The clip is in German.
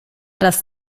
das